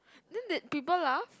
then that people laugh